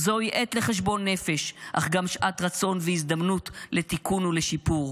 -- -זוהי עת לחשבון נפש אך גם שעת רצון והזדמנות לתיקון ולשיפור.